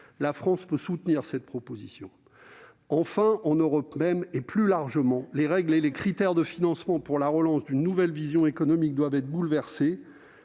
La France pourrait soutenir cette proposition. Enfin, de manière plus large, en Europe même, les règles et les critères de financement pour la relance d'une nouvelle vision économique doivent être bouleversés.